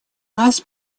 нас